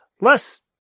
less